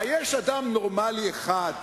היש אדם נורמלי אחד,